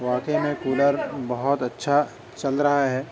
واقع میں کولر بہت اچھا چل رہا ہے